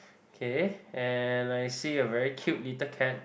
K and I see a very cute little cat